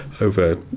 over